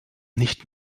nicht